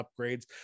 upgrades